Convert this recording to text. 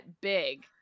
big